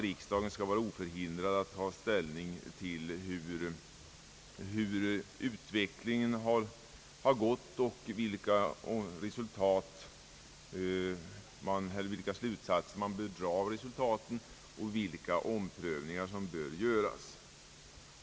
Riksdagen bör vara oförhindrad att ta ställning efter att ha dragit slutsatser av utvecklingen och överväga de omprövningar som bör ske.